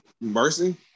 Mercy